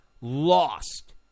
Lost